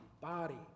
body